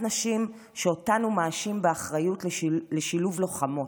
נשים שאותן הוא מאשים באחריות לשילוב לוחמות.